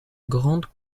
grand